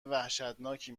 وحشتناکی